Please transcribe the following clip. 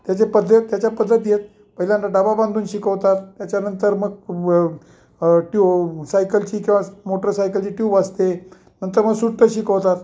त्याचे पद्धत त्याच्या पद्धती आहेत पहिल्यांदा डबा बांधून शिकवतात त्याच्यानंतर मग ट्यूब सायकलची किंवा मोटरसायकलची ट्यूब असते नंतर मग सुट्टे शिकवतात